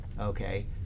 Okay